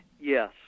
yes